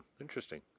Interesting